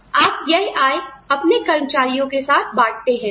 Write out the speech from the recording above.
आप यह आय अपने कर्मचारियों के साथ बांटते हैं